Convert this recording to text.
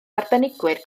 arbenigwyr